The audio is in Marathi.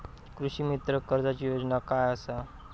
कृषीमित्र कर्जाची योजना काय असा?